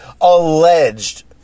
alleged